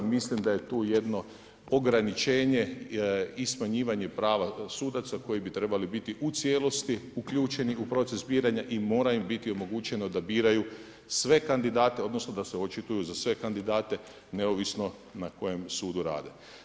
Mislim da je tu jedno ograničenje i smanjivanje prava sudaca koji bi trebali biti u cijelosti uključeni u proces biranja i mora im biti omogućeno da biraju sve kandidate, odnosno da se očituju za sve kandidate neovisno na kojem sudu rade.